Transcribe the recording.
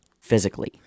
physically